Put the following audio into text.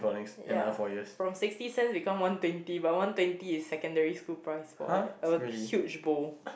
ya from sixty cents become one twenty but one twenty is secondary school price what a huge bowl